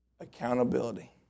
accountability